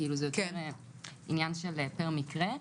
זה יותר עניין של פר מקרה.